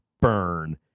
burn